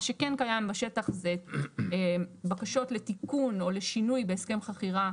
מה שכן קיים בשטח זה בקשות לתיקון או לשינוי בהסכם חכירה,